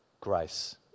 grace